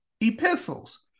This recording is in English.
epistles